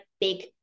big